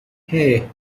hey